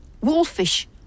wolfish